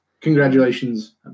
Congratulations